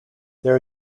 there